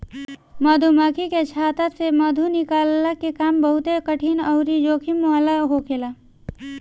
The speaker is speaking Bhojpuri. मधुमक्खी के छत्ता से मधु निकलला के काम बहुते कठिन अउरी जोखिम वाला होखेला